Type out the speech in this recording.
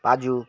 পাজু